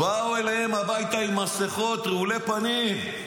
באו אליהם הביתה, עם מסכות, רעולי פנים.